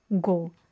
go